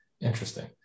Interesting